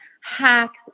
hacks